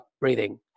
breathing